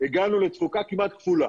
הגענו לתפוקה כמעט כפולה,